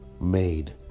made